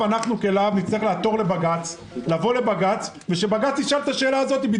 אנחנו כלה"ב נצטרך לעתור לבג"ץ כדי שהוא ישאל בדיוק את השאלה הזאת.